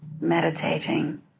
meditating